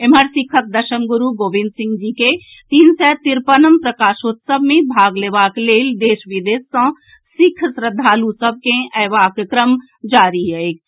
एम्हर सिखक दशम गुरू गोविंद सिंह जी के तीन सय तिरपनम प्रकाशोत्सव मे भाग लेबाक लेल देश विदेश सँ सिख श्रद्धालु सभ के अएबाक क्रम जारी अछि